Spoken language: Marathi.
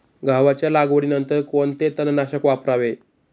गव्हाच्या लागवडीनंतर कोणते तणनाशक वापरावे?